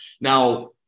Now